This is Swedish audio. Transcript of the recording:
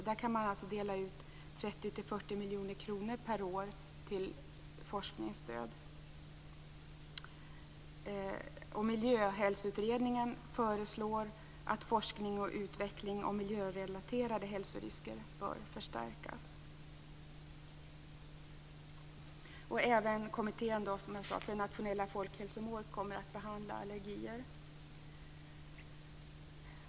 Där kan 30-40 miljoner kronor per år delas ut i forskningsstöd. I Miljöhälsoutredningen föreslår man att forskning och utveckling om miljörelaterade hälsorisker bör förstärkas. Även Kommittén för nationella folkhälsomål kommer att behandla allergier.